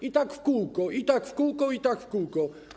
I tak w kółko, i tak w kółko, i tak w kółko.